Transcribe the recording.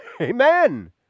Amen